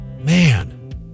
Man